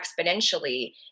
exponentially